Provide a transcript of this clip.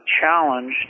challenged